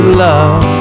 love